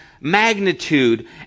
magnitude